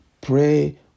Pray